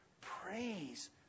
Praise